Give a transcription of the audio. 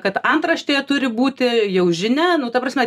kad antraštėje turi būti jau žinia nu ta prasme